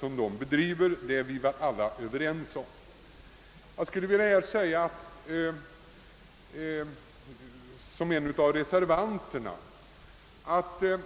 Som en av reservanterna skulle jag vilja erinra om att det